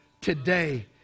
today